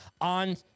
on